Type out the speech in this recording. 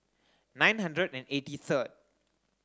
nine hundred and eighty third